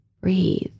breathe